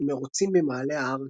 עם מרוצים במעלה ההר,